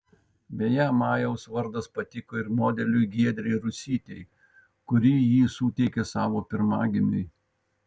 beje majaus vardas patiko ir modeliui giedrei rusytei kuri jį suteikė savo pirmagimiui